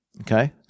Okay